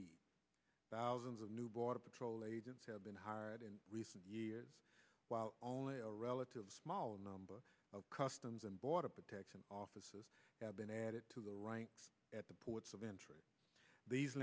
need thousands of new border patrol agents have been hired in recent years while only a relatively small number of customs and border protection offices have been added to the ranks at the ports of entry these